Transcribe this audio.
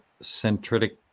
centric